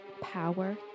power